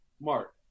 Mark